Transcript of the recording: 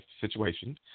situation